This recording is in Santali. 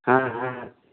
ᱦᱮᱸ ᱦᱮᱸ